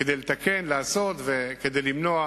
כדי לתקן ולעשות וכדי למנוע